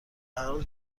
هرحال